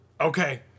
Okay